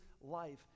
life